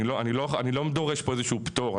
אני לא דורש פה איזשהו פטור.